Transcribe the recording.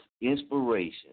inspiration